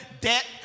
debt